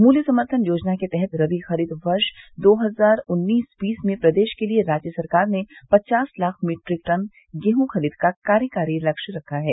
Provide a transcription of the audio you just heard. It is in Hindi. मूल्य समर्थन योजना के तहत रवी ख़रीद वर्ष दो हज़ार उन्नीस बीस में प्रदेश के लिए राज्य सरकार ने पचास लाख मीट्रिक टन गेहूँ खरीद का कार्यकारी लक्ष्य रखा है